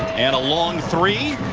and a long three.